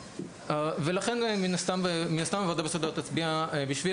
לכן מן הסתם הוועדה בסוף תצביע בשביל